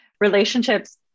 relationships